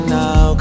now